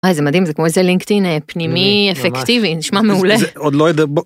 איזה מדהים זה כמו איזה לינקדין פנימי אפקטיבי נשמע מעולה עוד לא יודע בוא.